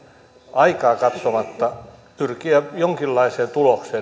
aikaa katsomatta pyrkiä jonkinlaiseen tulokseen että